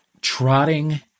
trotting